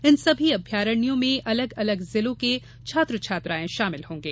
इन सभी अभयारण्यों में अलग अलग जिलों के छात्र छात्राएँ शामिल होंगे